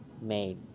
made